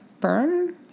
burn